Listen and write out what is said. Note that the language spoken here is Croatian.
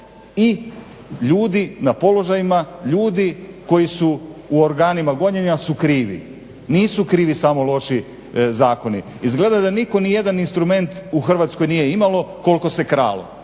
i ljudi na položajima, ljudi koji su u organima gonjenja su krivi. Nisu krivi samo loši zakoni. Izgleda da nitko nijedan instrument u Hrvatskoj nije imao koliko se kralo.